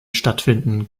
stattfinden